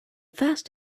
fast